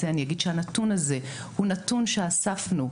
אני אגיד שהנתון הזה זה נתון שאספנו,